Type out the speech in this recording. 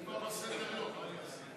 זה כבר בסדר-היום, מה אני אעשה?